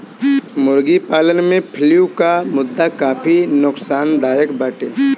मुर्गी पालन में फ्लू कअ मुद्दा काफी नोकसानदायक बाटे